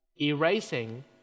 erasing